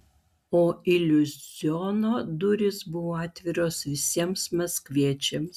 o iliuziono durys buvo atviros visiems maskviečiams